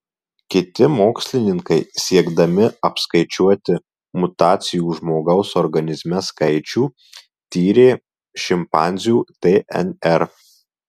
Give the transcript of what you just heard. kiti mokslininkai siekdami apskaičiuoti mutacijų žmogaus organizme skaičių tyrė šimpanzių dnr